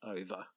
over